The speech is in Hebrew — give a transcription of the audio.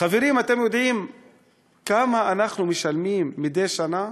חברים, אתם יודעים כמה אנחנו משלמים מדי שנה?